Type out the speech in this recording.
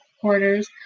quarters